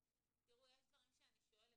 תראו, יש דברים שאני שואלת.